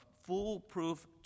foolproof